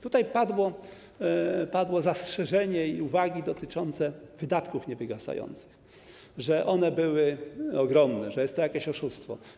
Tutaj padły zastrzeżenie i uwagi dotyczące wydatków niewygasających, że one były ogromne, że jest to jakieś oszustwo.